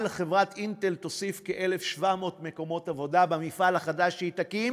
אבל חברת "אינטל" תוסיף כ-1,700 מקמות עבודה במפעל החדש שהיא תקים,